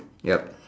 yup